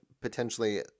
potentially